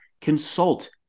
consult